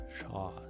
shaw